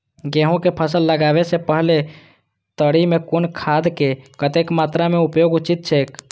गेहूं के फसल लगाबे से पेहले तरी में कुन खादक कतेक मात्रा में उपयोग उचित छेक?